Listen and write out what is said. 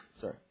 sorry